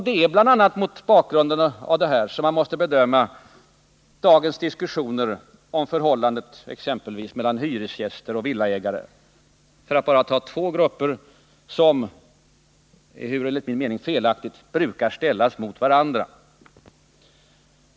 Det är bland annat mot bakgrunden av detta som man måste bedöma dagens diskussioner om förhållandet exempelvis mellan hyresgäster och villaägare, för att ta två grupper som — enligt min uppfattning felaktigt — brukar ställas mot varandra.